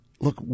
look